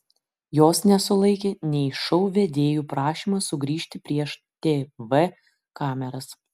jos nesulaikė nei šou vedėjų prašymas sugrįžti prieš tv kameras